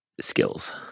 skills